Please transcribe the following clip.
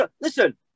listen